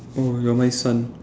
oh you're my sun